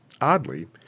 Oddly